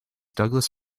douglas